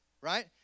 right